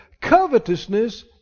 covetousness